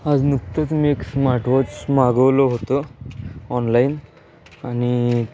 आज नुकतंच मी एक स्मार्टवॉच मागवलं होतं ऑनलाईन आणि